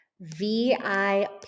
VIP